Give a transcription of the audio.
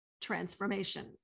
transformation